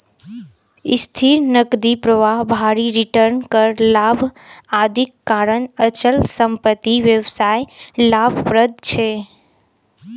स्थिर नकदी प्रवाह, भारी रिटर्न, कर लाभ, आदिक कारण अचल संपत्ति व्यवसाय लाभप्रद छै